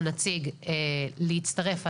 נציג להצטרף,